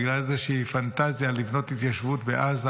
בגלל איזושהי פנטזיה לבנות התיישבות בעזה,